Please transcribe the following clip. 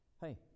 Hey